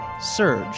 Surge